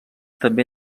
també